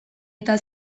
eta